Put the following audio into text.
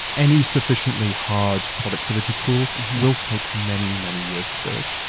any sufficiently hard productivity tool will take many, many years to build.